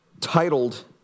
titled